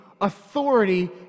authority